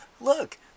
look